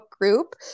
group